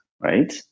right